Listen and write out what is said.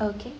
okay